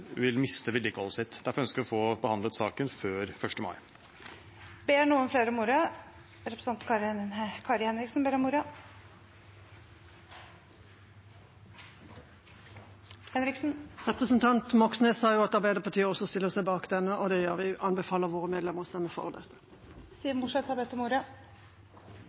vil være viktig for mange som da vil miste vedlikeholdet sitt. Derfor ønsker vi å få behandlet saken før 1. mai. Ber noen flere om ordet? Representanten Bjørnar Moxnes sa at også Arbeiderpartiet stiller seg bak dette forslaget, og det gjør vi. Vi anbefaler våre medlemmer å stemme for.